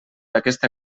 aquesta